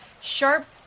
sharp